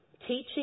teaching